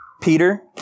Peter